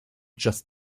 just